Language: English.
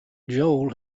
joel